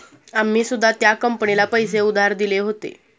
आम्ही सुद्धा त्या कंपनीला पैसे उधार दिले होते